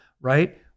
Right